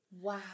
Wow